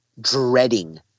dreading